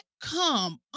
Come